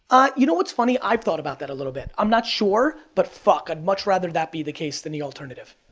you know what's funny? i've thought about that a little bit. i'm not sure, but fuck, i'd much rather that be the case than the alternative,